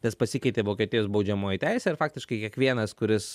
nes pasikeitė vokietijos baudžiamoji teisė ir faktiškai kiekvienas kuris